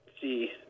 see